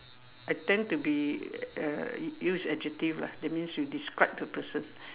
I tend to be uh use adjective lah that means you describe the person